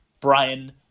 Brian